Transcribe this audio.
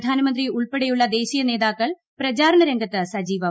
പ്രധാനമന്ത്രി ഉൾപ്പടെയുള്ള ദേശീയ നേതാക്കൾ പ്രചാരണ രംഗത്ത് സജീവം